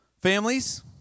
Families